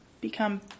become